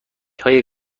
های